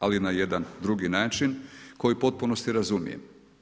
Ali na jedan drugi način koji u potpunosti razumijem.